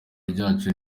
ryacu